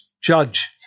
judge